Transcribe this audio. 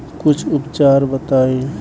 कुछ उपचार बताई?